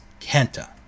Kenta